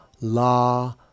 la